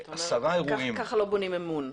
ככה לא בונים אמון.